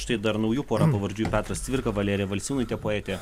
štai dar naujų porą pavardžių petras cvirka valerija valsiūnaite poetė